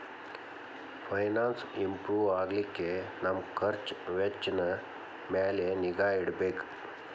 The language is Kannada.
ಫೈನಾನ್ಸ್ ಇಂಪ್ರೂ ಆಗ್ಲಿಕ್ಕೆ ನಮ್ ಖರ್ಛ್ ವೆಚ್ಚಿನ್ ಮ್ಯಾಲೆ ನಿಗಾ ಇಡ್ಬೆಕ್